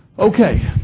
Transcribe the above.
okay,